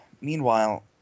Meanwhile